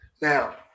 Now